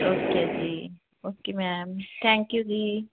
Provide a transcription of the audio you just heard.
okay ਜੀ okay ma'am thank you ਜੀ